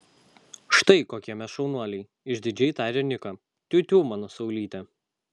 štai kokie mes šaunuoliai išdidžiai tarė niką tiutiū mano saulyte